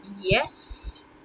Yes